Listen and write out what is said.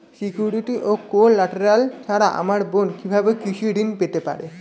Security ও collateral ছাড়া আমার বোন কিভাবে কৃষি ঋন পেতে পারে?